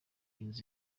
inzu